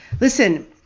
Listen